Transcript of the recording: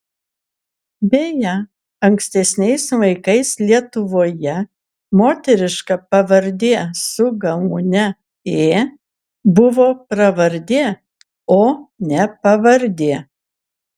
beje ankstesniais laikais lietuvoje moteriška pavardė su galūne ė buvo pravardė o ne pavardė